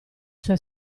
sue